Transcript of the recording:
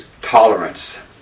tolerance